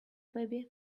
baby